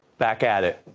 back at it,